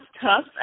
tough